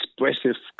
expressive